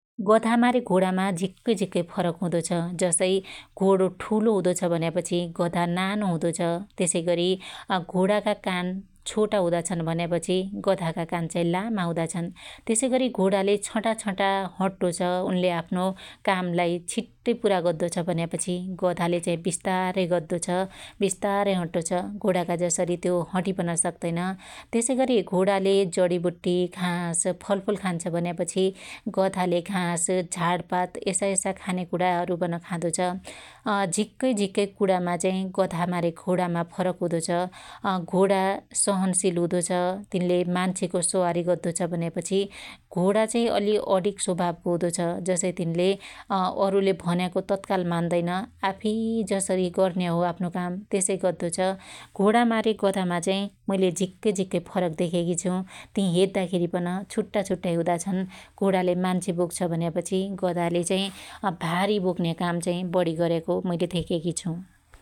गधामारे घोडामा झिक्कै झिक्कै फरक हुदो छ । जसै घोडो टुलो हुदो छ भन्या पछि गधा नानु हुदो छ, त्यसैगरी घोडाका कान छोटा हुदा छन भन्यापछि गधाका कान चाहि लामा हुदा छन्, त्यसैगरी घोडाले छटा छटा हड्टो छ उनले आफ्नो कामलाई छीट्टै पुरा गद्धदो छ भ्यापछि गधाले चाहि बिस्तारै गद्धदो छ, बिस्तारै हट्टो छ । घोडाका जसरि त्यो हटिपन सक्तैन, त्यसैगरि घोडाले जडिबुट्टि घास फलफुल खान्छ भन्यापछि गधाले घास झारपात यसायसा खानेकुराहरु पन खादो छ । झिक्कै झिक्कै कुणामा चहि गधामा रे घोडामा चाहि फरक हुदो छ । घोडा सहनशील हुदो छ तीनले मान्छेको सवारी गद्दो छ भन्यापि घोडा चाहि अली अडीक स्वभावको हुदो छ, जसै तीनले अरुले भन्याको तत्काल मान्दैन्, आफीफी जसरी गर्न्याहो आफ्नो काम त्यसरी त्यसै गद्दो छ। घोडामारे गधामा चाही मैले झीक्कै झीक्कै फरक देख्याकी छु । ती हेद्दाखेरी पन छुट्टाछुट्टै हुदाछन्, घोडाले मान्छे बोक्छ भन्यापछी गधाले चाही भारी बोक्न्या बढी गर्याको मैले धेक्याकी छु ।